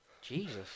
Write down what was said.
Jesus